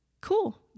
Cool